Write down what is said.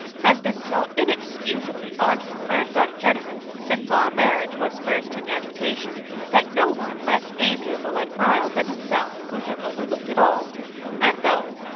has been so inexcusably artful and ungenerous since our marriage was first in agitation that no one less amiable and mild than himself could have overlooked it all and though,